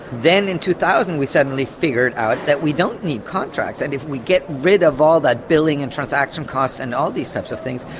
then in two thousand we suddenly figured out that we don't need contracts, that and if we get rid of all that billing and transaction costs and all these types of things,